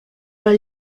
los